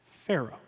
Pharaoh